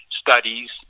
studies